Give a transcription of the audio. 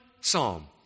psalm